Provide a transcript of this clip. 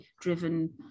driven